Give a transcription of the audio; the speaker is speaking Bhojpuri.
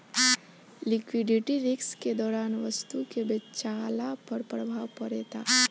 लिक्विडिटी रिस्क के दौरान वस्तु के बेचला पर प्रभाव पड़ेता